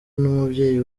n’umubyeyi